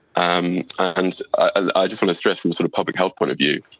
um and ah i just want to stress from a sort of public health point of view,